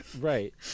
right